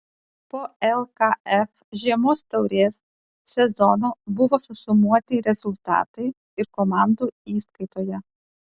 po lkf žiemos taurės sezono buvo susumuoti rezultatai ir komandų įskaitoje